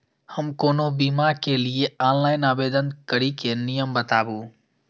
हम कोनो बीमा के लिए ऑनलाइन आवेदन करीके नियम बाताबू?